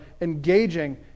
engaging